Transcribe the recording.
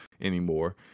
anymore